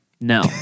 No